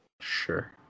Sure